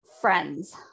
Friends